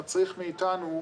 מצריך מאתנו,